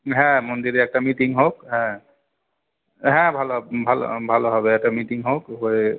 হ্যাঁ মন্দিরে একটা মিটিং হোক হ্যাঁ হ্যাঁ ভালো হব ভালো ভালো হবে একটা মিটিং হোক হয়ে